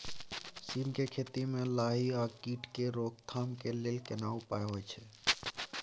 सीम के खेती म लाही आ कीट के रोक थाम के लेल केना उपाय होय छै?